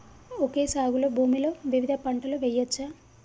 Okay సాగు భూమిలో వివిధ పంటలు వెయ్యచ్చా?